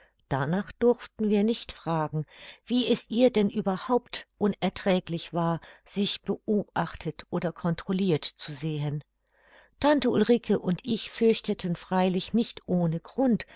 danach durften wir nicht fragen wie es ihr denn überhaupt unerträglich war sich beobachtet oder controlirt zu sehen tante ulrike und ich fürchteten freilich nicht ohne grund